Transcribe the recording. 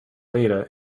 data